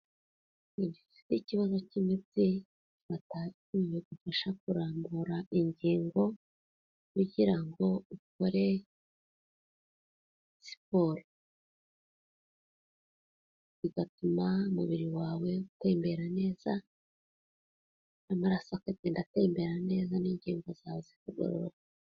Mu gihe ufite ikibazo cy'imitsi bigufasha kurambura ingingo kugira ngo ukore siporo. Bigatuma umubiri wawe utembera neza. N'amaraso akagenda atemberana neza n'ingingo zawe zikagororoka.